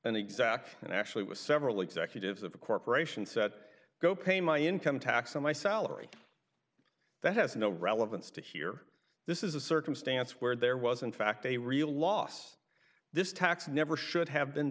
an exact and actually was several executives of a corporation set go pay my income tax on my salary that has no relevance to here this is a circumstance where there was in fact a real loss this tax never should have been